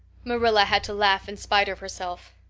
marilla had to laugh in spite of herself.